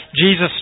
Jesus